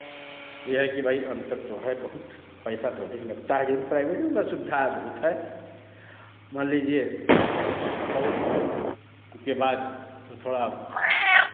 ये है कि भाई अंतर तो है बहुत पैसा तो अधिक लगता है ज़रूर प्राइभेट में मतलब सुविधा बहुत है मान लीजिए बहुत उसके बाद तो थोड़ा